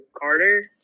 Carter